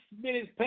minutes